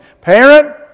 parent